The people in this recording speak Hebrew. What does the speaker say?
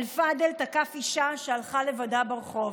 אלפדל תקף אישה שהלכה לבדה ברחוב.